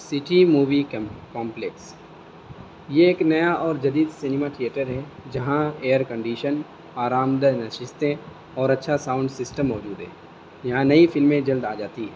city movie complex یہ ایک نیا اور جدید سنیما تھیئیٹر ہے جہاں ایئر کنڈیشن آرام دہ نشستیں اور اچھا ساؤنڈ سسٹم موجود ہے یہاں نئی فلمیں جلد آ جاتی